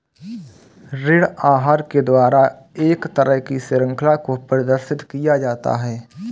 ऋण आहार के द्वारा एक तरह की शृंखला को प्रदर्शित किया जाता है